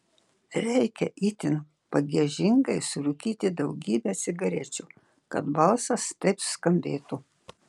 reikia itin pagiežingai surūkyti daugybę cigarečių kad balsas taip skambėtų